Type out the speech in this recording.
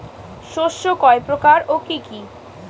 শস্য কয় প্রকার কি কি?